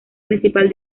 principal